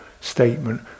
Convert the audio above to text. statement